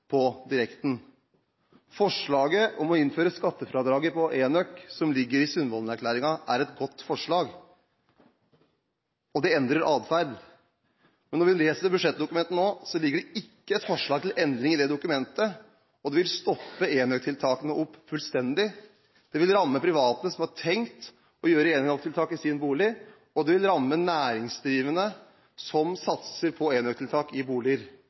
på direkten. Forslaget om å innføre skattefradrag for enøktiltak, som ligger i Sundvolden-erklæringen, er et godt forslag, og det endrer atferd. Men når vi leser budsjettdokumentet nå, ligger det ikke et forslag til endring i det dokumentet, og det vil stoppe opp enøktiltakene fullstendig, det vil ramme private som har tenkt å gjøre enøktiltak i sin bolig, og det vil ramme næringsdrivende som satser på enøktiltak i boliger.